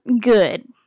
Good